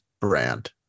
brand